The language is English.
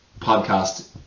podcast